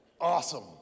awesome